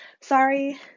Sorry